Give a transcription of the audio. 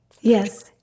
yes